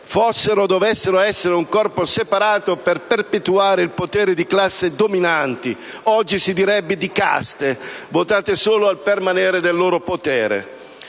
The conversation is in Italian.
fossero o dovessero essere un corpo separato per perpetuare il potere di classi dominanti (oggi si direbbe di casta) votate solo al permanere del loro potere.